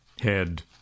head